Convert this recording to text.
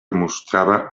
mostrava